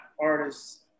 artists